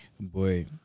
boy